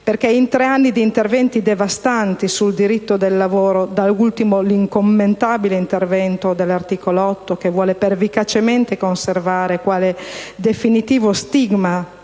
perché in tre anni di interventi devastanti sul diritto del lavoro (da ultimo l'incommentabile intervento dell'articolo 8 che vuole pervicacemente conservare quale definitivo stigma